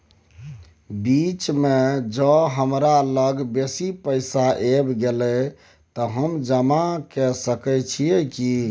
बीच म ज हमरा लग बेसी पैसा ऐब गेले त हम जमा के सके छिए की?